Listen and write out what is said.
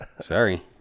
sorry